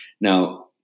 Now